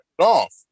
off